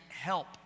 help